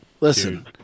Listen